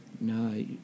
No